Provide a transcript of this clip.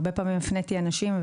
הרבה פעמים הפניתי אנשים,